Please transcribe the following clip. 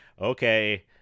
okay